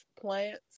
plants